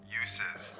uses